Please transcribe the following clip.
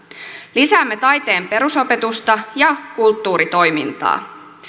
lisäämme taiteen perusopetusta ja kulttuuritoimintaa